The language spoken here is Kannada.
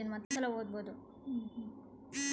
ನಂದ್ ಡಿಮಾಂಡ್ ಡೆಪೋಸಿಟ್ ಅಕೌಂಟ್ನಾಗ್ ಏಳ್ ಸಾವಿರ್ ರುಪಾಯಿ ಅವಾ